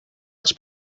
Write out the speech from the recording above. els